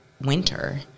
winter